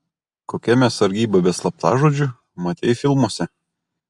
kokia mes sargyba be slaptažodžių matei filmuose